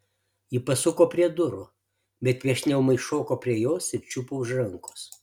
ji pasuko prie durų bet viešnia ūmai šoko prie jos ir čiupo už rankos